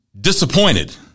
disappointed